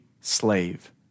slave